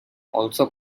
also